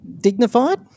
Dignified